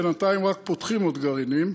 בינתיים רק פותחים עוד גרעינים.